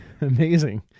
Amazing